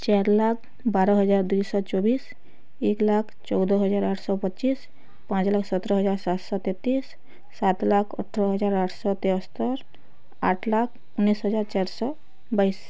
ଚାରି ଲକ୍ଷ ବାର ହଜାର ଦୁଇଶହ ଚବିଶି ଏକ ଲକ୍ଷ ଚଉଦ ହଜାର ଆଠଶ ପଚିଶି ପାଞ୍ଚଲକ୍ଷ ସତର ହଜାର ସାତ ଶହ ତେତିଶି ସାତ ଲକ୍ଷ ଅଠର ହଜାର ଆଠ ଶହ ତେସ୍ତରୀ ଆଠ ଲକ୍ଷ ଉନେଇଶ ହଜାର ଚାରି ଶହ ବାଇଶି